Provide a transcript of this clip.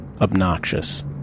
obnoxious